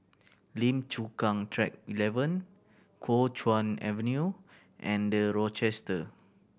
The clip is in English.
Lim Chu Kang Track Eleven Kuo Chuan Avenue and The Rochester